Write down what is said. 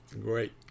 Great